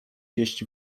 jeść